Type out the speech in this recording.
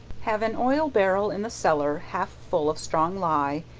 have an oil barrel in the cellar, half full of strong ley,